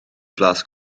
blas